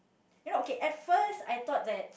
you know okay at first I thought that